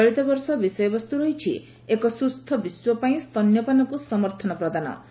ଚଳିତବର୍ଷ ବିଷୟବସ୍ଠ ରହିଛି ଏକ ସ୍ବସ୍ସ ବିଶ୍ୱ ପାଇଁ ସ୍ତନ୍ୟପାନକୁ ସମର୍ଥନ ପ୍ରଦାନ